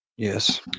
Yes